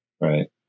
right